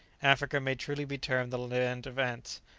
africa may truly be termed the land of ants.